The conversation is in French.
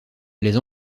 les